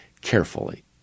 carefully